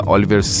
Oliver